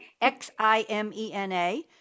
X-I-M-E-N-A